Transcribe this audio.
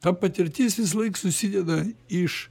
ta patirtis visąlaik susideda iš